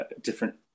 different